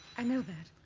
i know that.